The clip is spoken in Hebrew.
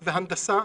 הנדסה,